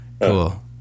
cool